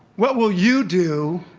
what will you do,